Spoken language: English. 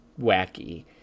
wacky